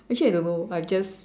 actually I don't know I'm just